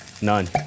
None